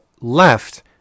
left